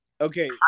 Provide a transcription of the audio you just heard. Okay